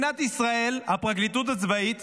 הפרקליטות הצבאית